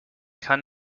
kann